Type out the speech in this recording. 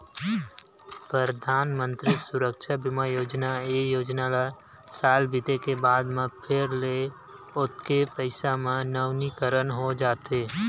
परधानमंतरी सुरक्छा बीमा योजना, ए योजना ल साल बीते के बाद म फेर ले ओतके पइसा म नवीनीकरन हो जाथे